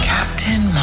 Captain